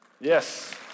Yes